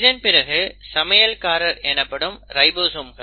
இதன்பிறகு சமையல்காரர் எனப்படும் ரைபோசோம்கள்